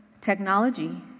technology